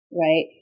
right